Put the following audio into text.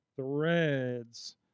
threads